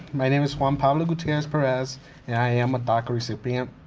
my name is juan pablo gutierrez perez, and i am a daca recipient.